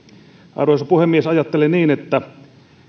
arvoisa puhemies ajattelen niin että